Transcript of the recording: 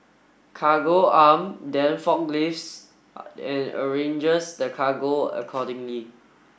Cargo Arm then forklifts and arranges the cargo accordingly